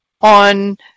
on